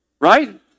Right